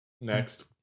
Next